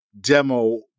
demo